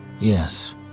Yes